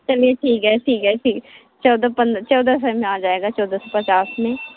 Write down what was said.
चलिए ठीक है ठीक है ठीक चौदह पंद चौदह सौ में आ जाएगा चौदह सौ पचास में